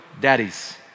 Daddies